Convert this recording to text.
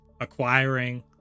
acquiring